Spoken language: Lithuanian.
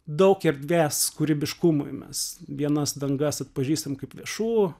daug erdvės kūrybiškumui mes vienas dangas atpažįstam kaip viešų